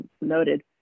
noted